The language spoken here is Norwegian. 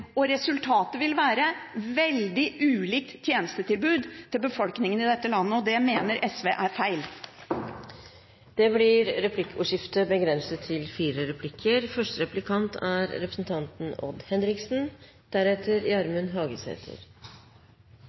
og resultatet vil være veldig ulikt tjenestetilbud til befolkningen i dette landet. Det mener SV er feil. Det blir replikkordskifte. Det med tjenestetilbud og kommunene er